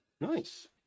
Nice